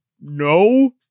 no